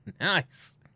Nice